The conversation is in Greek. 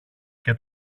και